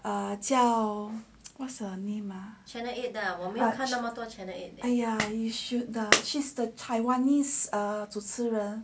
ah what's her name ah you should the she is the taiwanese err 主持人